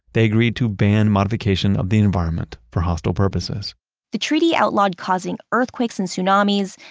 they agreed to ban modification of the environment for hostile purposes the treaty outlawed causing earthquakes and tsunamis,